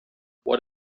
what